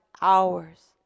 hours